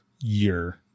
year